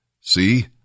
See